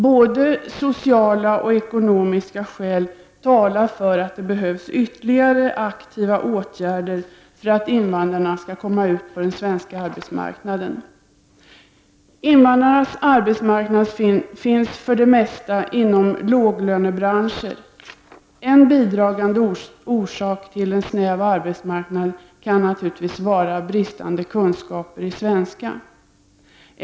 Både sociala och ekonomiska skäl talar för att det behövs ytterligare aktiva åtgärder för att invandrarna skall kunna komma in på den svenska arbetsmarknaden. Invandrarnas arbetsmarknad finns för det mesta inom låglönebranscher. En bidragande orsak till en snäv arbetsmarknad kan naturligtvis vara bristande kunskaper i svenska.